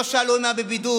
לא שאלו אם היו בבידוד.